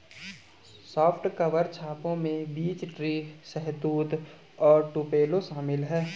soft cover छापों में beech tree, शहतूत और टुपेलो शामिल है